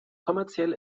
kommerziell